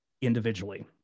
individually